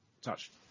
touched